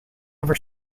over